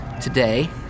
today